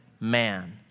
man